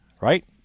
right